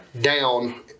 down